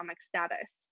status